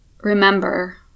remember